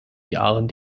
jahren